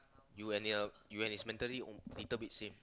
you and her you and his mentally a little bit same